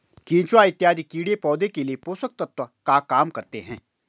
केचुआ इत्यादि कीड़े पौधे के लिए पोषक तत्व का काम करते हैं